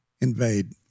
invade